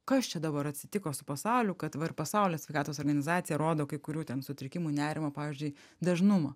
kas čia dabar atsitiko su pasauliu kad va ir pasaulio sveikatos organizacija rodo kai kurių ten sutrikimų nerimo pavyzdžiui dažnumą